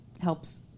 helps